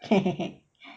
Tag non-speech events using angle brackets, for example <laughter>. okay <laughs>